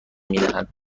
میدهند